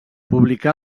publicà